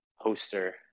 poster